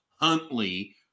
Huntley